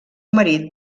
marit